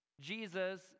Jesus